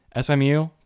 SMU